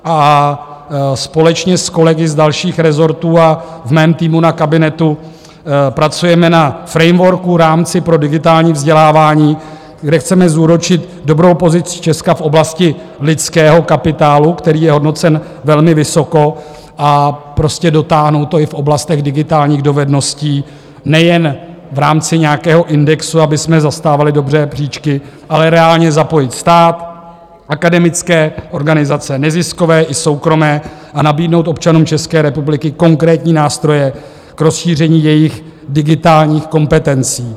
A společně s kolegy z dalších rezortů a v mém týmu na kabinetu pracujeme na frameworku, rámci pro digitální vzdělávání, kde chceme zúročit dobrou pozici Česka v oblasti lidského kapitálu, který je hodnocen velmi vysoko, a prostě dotáhnout to i v oblastech digitálních dovedností, nejen v rámci nějakého indexu abychom zastávali dobře příčky, ale reálně zapojit stát, akademické organizace neziskové i soukromé a nabídnout občanům České republiky konkrétní nástroje k rozšíření jejich digitálních kompetencí.